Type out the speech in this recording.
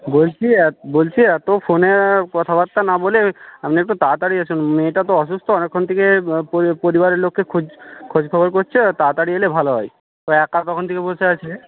বলছি বলছি এত ফোনে কথাবার্তা না বলে আপনি একটু তাড়াতাড়ি আসুন মেয়েটা তো অসুস্থ অনেকক্ষণ থেকে পরিবারের লোককে খোঁজখবর করছে তাড়াতাড়ি এলে ভালো হয় ও একা কখন থেকে বসে আছে